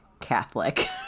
Catholic